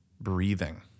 breathing